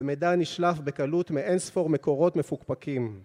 ומידע נשלף בקלות מאין ספור מקורות מפוקפקים